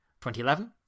2011